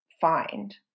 find